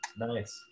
Nice